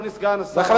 אדוני סגן שר החוץ,